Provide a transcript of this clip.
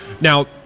Now